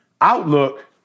outlook